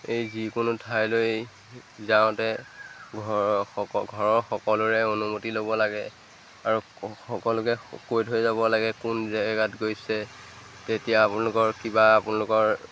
এই যিকোনো ঠাইলৈ যাওঁতে ঘৰৰ ঘৰৰ সকলোৰে অনুমতি ল'ব লাগে আৰু সকলোকে কৈ থৈ যাব লাগে কোন জেগাত গৈছে তেতিয়া আপোনালোকৰ কিবা আপোনালোকৰ